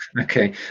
okay